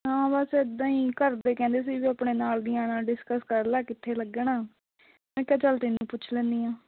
ਹਾਂ ਬਸ ਇੱਦਾਂ ਹੀ ਘਰ ਦੇ ਕਹਿੰਦੇ ਸੀ ਵੀ ਆਪਣੇ ਨਾਲ ਦੀਆਂ ਨਾਲ ਡਿਸਕਸ ਕਰ ਲਾ ਕਿੱਥੇ ਲੱਗਣਾ ਮੈਂ ਕਿਹਾ ਚੱਲ ਤੈਨੂੰ ਪੁੱਛ ਲੈਂਦੀ ਹਾਂ